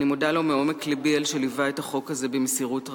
אני מודה לו מעומק לבי על שליווה את החוק הזה במסירות רבה.